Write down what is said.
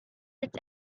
its